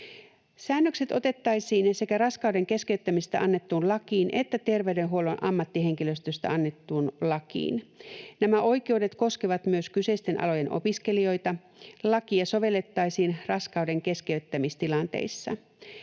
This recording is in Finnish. Säännökset otettaisiin sekä raskauden keskeyttämisestä annettuun lakiin että terveydenhuollon ammattihenkilöstöstä annettuun lakiin. Nämä oikeudet koskevat myös kyseisten alojen opiskelijoita. Lakia sovellettaisiin raskauden keskeyttämistilanteissa.